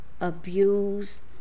Abuse